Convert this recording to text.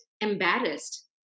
embarrassed